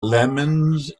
lemons